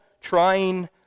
trying